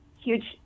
huge